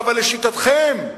אבל לשיטתכם,